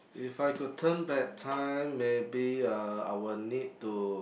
if I could turn back time maybe uh I would need to